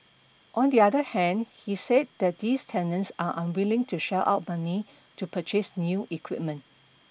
on the other hand he said that these tenants are unwilling to shell out money to purchase new equipment